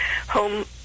home